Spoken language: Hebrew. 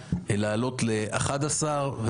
ולקבוע 11,